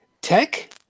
Tech